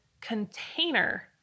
container